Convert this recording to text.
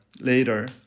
later